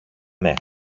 ναι